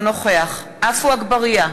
אינו נוכח עפו אגבאריה,